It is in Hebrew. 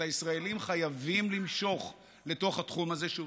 את הישראלים חייבים למשוך לתוך התחום הזה,